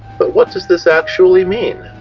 but what does this actually mean?